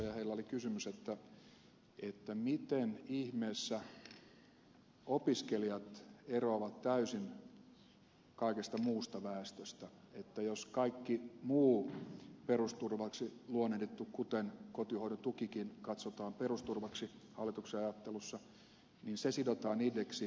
heillä oli kysymys että miten ihmeessä opiskelijat eroavat täysin kaikesta muusta väestöstä että jos kaikki muu perusturvaksi luonnehdittu kuten kotihoidon tukikin katsotaan perusturvaksi hallituksen ajattelussa niin se sidotaan indeksiin mutta opiskelijoiden toimeentuloa ei